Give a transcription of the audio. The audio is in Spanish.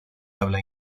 habla